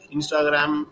Instagram